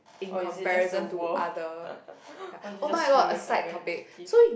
or is it just the world or it's just human are very negative